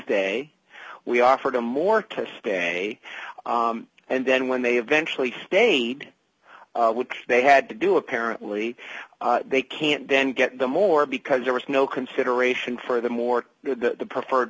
day we offered them more to stay and then when they eventually stayed which they had to do apparently they can't then get them or because there was no consideration for them or the preferred